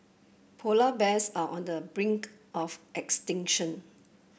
polar bears are on the brink of extinction